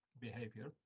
behavior